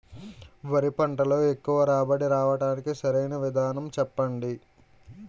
వరి పంటలో ఎక్కువ రాబడి రావటానికి సరైన విధానం చెప్పండి?